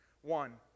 One